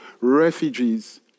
refugees